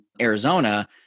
Arizona